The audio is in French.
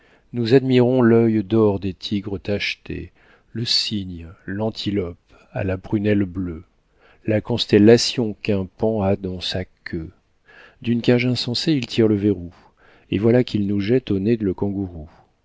nous admirons l'œil d'or des tigres tachetés le cygne l'antilope à la prunelle bleue la constellation qu'un paon a dans sa queue d'une cage insensée il tire le verrou et voilà qu'il nous jette au nez le kangourou